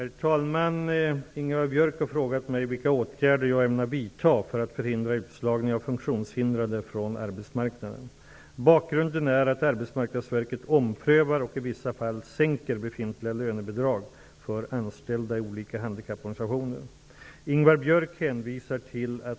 När flexibla lönebidrag infördes hade vi ett betydligt bättre arbetsmarknadsläge än i dag, i synnerhet beträffande funktionshindrades möjligheter på arbetsmarknaden. Under rådande förhållande är statligt stöd i form av lönebidrag en viktig förutsättning för funktionshindrades möjligheter till arbete.